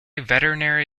veterinary